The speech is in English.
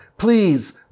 please